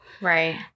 Right